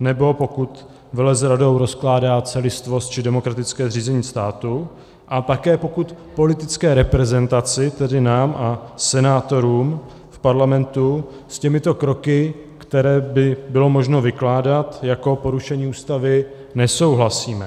nebo pokud velezradou rozkládá celistvost či demokratické zřízení státu, a také pokud politické reprezentaci, tedy nám a senátorům v Parlamentu, s těmito kroky, které by bylo možno vykládat jako porušení Ústavy, nesouhlasíme.